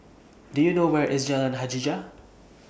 Do YOU know Where IS Jalan Hajijah